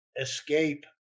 escape